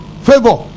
favor